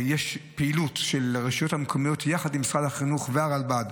יש פעילות של הרשויות המקומיות יחד עם משרד החינוך והרלב"ד,